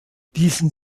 diesen